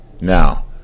Now